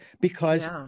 because-